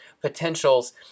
potentials